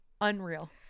Unreal